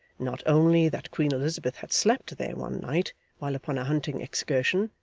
not only that queen elizabeth had slept there one night while upon a hunting excursion,